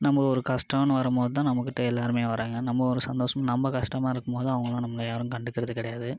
நம்ம ஒரு கஷ்டோன்னு வரும் போது தான் நம்மக்கிட்ட எல்லோருமே வர்றாங்க நம்ம ஒரு சந்தோஷம் நம்ம கஷ்டமா இருக்கும் போது அவங்கள நம்மளை யாரும் கண்டுக்கிறது கிடையாது